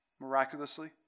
miraculously